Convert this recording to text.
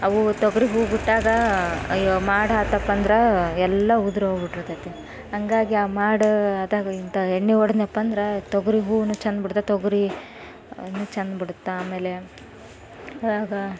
ಅವು ತೊಗರಿ ಹೂ ಬಿಟ್ಟಾಗ ಅಯ್ಯೋ ಮಾಡ ಹತ್ತಾಕಂದ್ರೆ ಎಲ್ಲ ಉದ್ರಿ ಹೋಗ್ಬಿಟ್ಟಿರ್ತೈತಿ ಹಂಗಾಗಿ ಆ ಮಾಡ ಅದಾಗು ಇಂಥ ಎಣ್ಣೆ ಹೊಡೆದ್ನಪ್ಪ ಅಂದ್ರೆ ತೊಗರಿ ಹೂವು ಚೆಂದ ಬಿಡ್ತ ತೊಗರಿ ಚಂದ ಬಿಡುತ್ತೆ ಆಮೇಲೆ ಆಗ